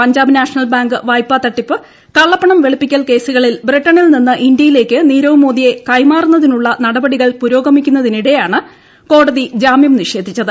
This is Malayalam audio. പഞ്ചാബ് നാഷണൽ ബാങ്ക് വായ്പ്പ തട്ടിപ്പ് കള്ളപ്പണം വെളുപ്പിക്കൽ കേസൂക്ട്ടിൽ ബ്രിട്ടണിൽ നിന്ന് ഇന്ത്യയിലേക്ക് നീരവ് മോദിയെ ക്ലിക്മാറുന്നതിനുള്ള നടപടികൾ പുരോഗമിക്കുന്നതിനിടെയാണ് കോടതി ജാമ്യം നിഷേധിച്ചത്